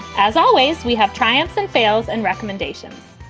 as always, we have triumph's and fail's and recommendations.